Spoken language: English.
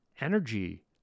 energy